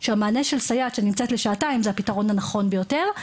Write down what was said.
שהמענה של סייעת שנמצאת לשעתיים זה הפתרון הנכון ביותר.